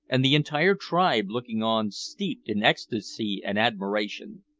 and the entire tribe looking on steeped in ecstasy and admiration.